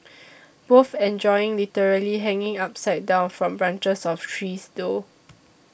both enjoy literally hanging upside down from branches of trees though